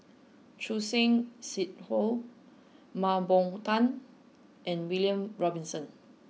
Choor Singh Sidhu Mah Bow Tan and William Robinson